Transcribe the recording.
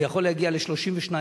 זה יכול להגיע ל-32%,